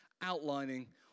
outlining